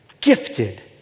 gifted